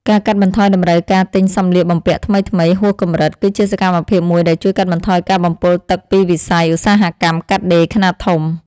ការកាត់បន្ថយតម្រូវការទិញសម្លៀកបំពាក់ថ្មីៗហួសកម្រិត គឺជាសកម្មភាពមួយដែលជួយកាត់បន្ថយការបំពុលទឹកពីវិស័យឧស្សាហកម្មកាត់ដេរខ្នាតធំ។